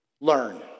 Learn